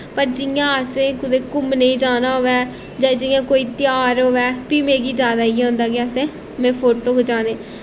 पर जियां असें कुदै घूमने गी जाना होऐ जां जियां कोई ध्यार होऐ फ्ही मिही जादा इयै होंदा कि असें में फोटो खचाने